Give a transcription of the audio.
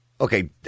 Okay